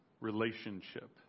relationship